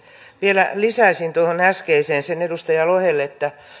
vielä lisäisin tuohon äskeiseen edustaja lohelle että